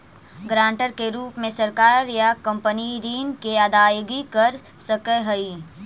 guarantor के रूप में सरकार या कंपनी ऋण के अदायगी कर सकऽ हई